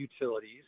utilities